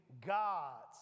God's